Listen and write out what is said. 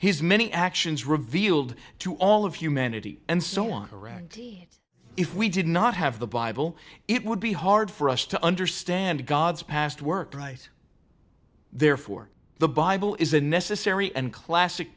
his many actions revealed to all of humanity and so on a rag if we did not have the bible it would be hard for us to understand god's past work right there for the bible is a necessary and classic